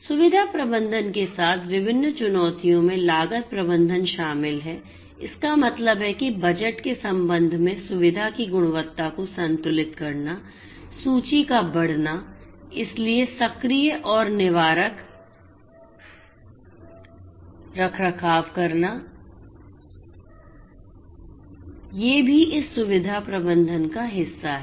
सुविधा प्रबंधन के साथ विभिन्न चुनौतियों में लागत प्रबंधन शामिल है इसका मतलब है कि बजट के संबंध में सुविधा की गुणवत्ता को संतुलित करना सूची की का बढ़ना इसलिए सक्रिय और निवारक रखरखाव करना ये भी इस सुविधा प्रबंधन का हिस्सा हैं